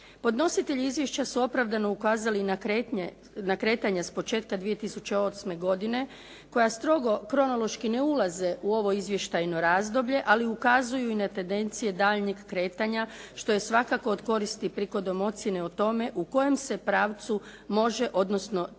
Podnositelji izvješća su opravdano ukazali na kretanja s početka 2008. godine koja strogo kronološki ne ulaze u ovo izvještajno razdoblje, ali ukazuju i na tendencije daljnjeg kretanja što je svakako od koristi prigodom ocjene o tome u kojem se pravcu može odnosno treba